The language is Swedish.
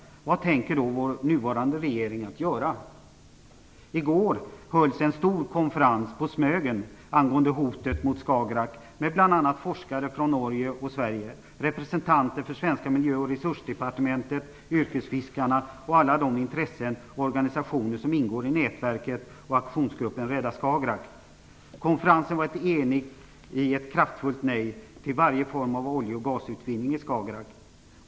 Vad tänker då vår nuvarande regering göra? I går hölls en stor konferens på Smögen angående hotet mot Skagerrak med bl.a. forskare från Norge och Sverige, representanter från svenska Miljö och resursdepartementet, yrkesfiskarna och alla de intressen och organisationer som ingår i nätverket och aktionsgruppen Rädda Skagerrak. Konferensen var enig i ett kraftfullt nej till varje form av olje och gasutvinning i Skagerrak.